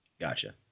Gotcha